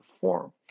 form